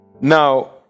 Now